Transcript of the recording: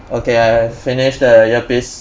okay I finish the earpiece